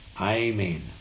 Amen